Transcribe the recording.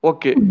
Okay